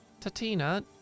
Tatina